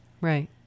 Right